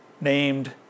named